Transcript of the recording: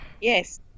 Yes